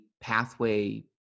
pathway